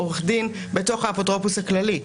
עורך דין בתוך האפוטרופוס הכללי,